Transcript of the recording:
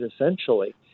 essentially